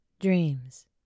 Dreams